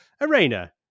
Arena